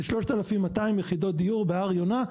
זה 3,200 יחידות דיור בהר יונה.